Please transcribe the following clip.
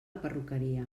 perruqueria